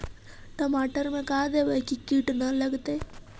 टमाटर में का देबै कि किट न लगतै?